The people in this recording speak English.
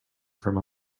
from